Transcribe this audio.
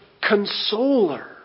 consoler